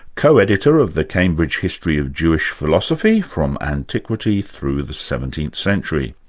co-editor of the cambridge history of jewish philosophy from antiquity through the seventeenth century.